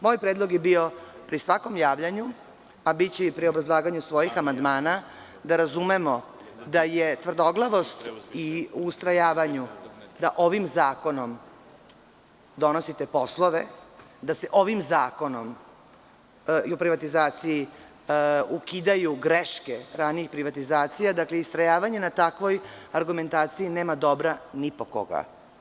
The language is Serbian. Moj predlog je bio pri svakom javljanju, a biće i pri obrazlaganju svojih amandmana, da razumemo da je tvrdoglavost i ustrojavanju da ovim zakonom donosite poslove, da se ovim Zakonom o privatizaciji ukidaju greške ranijih privatizacija dakle istrajavanje na takvoj argumentaciji nema dobro ni po koga.